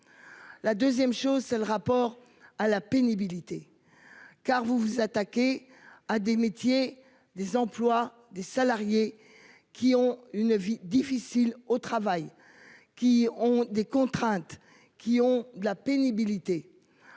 La 2ème chose c'est le rapport à la pénibilité. Car vous vous attaquez à des métiers des emplois des salariés qui ont une vie difficile au travail. Qui ont des contraintes qui ont de la pénibilité.